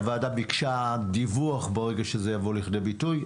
הוועדה ביקשה דיווח ברגע שזה יבוא לידי ביטוי.